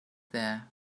there